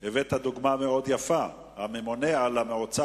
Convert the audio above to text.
שהבאת דוגמה מאוד יפה: הממונה על המועצה